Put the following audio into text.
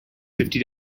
fifty